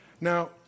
Now